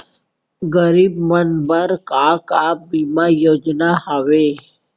गरीब मन बर का का बीमा योजना हावे?